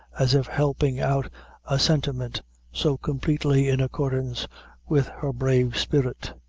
as if helping out a sentiment so completely in accordance with her brave spirit.